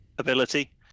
ability